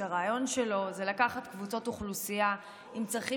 שהרעיון שלו זה לקחת קבוצות אוכלוסייה עם צרכים